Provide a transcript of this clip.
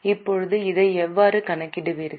இப்போது இதை எவ்வாறு கணக்கிடுவீர்கள்